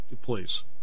please